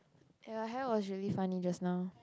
your hair was really funny just now